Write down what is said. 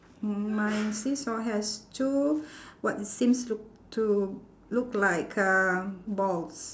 my seesaw has two what seems to to look like um balls